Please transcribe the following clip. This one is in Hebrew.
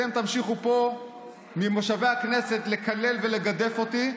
אתם תמשיכו פה ממושבי הכנסת לקלל ולגדף אותי,